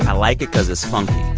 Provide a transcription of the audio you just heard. ah like it because it's funky.